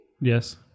Yes